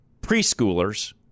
preschoolers